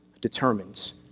determines